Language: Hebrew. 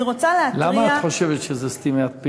אני רוצה להתריע, למה את חושבת שזה סתימת פיות?